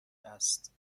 است